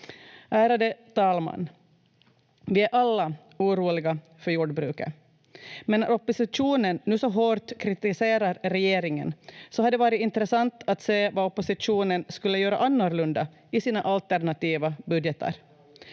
Ärade talman! Vi är alla oroliga för jordbruket. Men när oppositionen nu så hårt kritiserar regeringen så har det varit intressant att se vad oppositionen skulle göra annorlunda i sina alternativa budgetar.